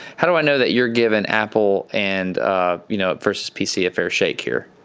how do i know that you're giving apple and you know versus pc a fair shake here?